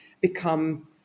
become